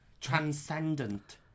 transcendent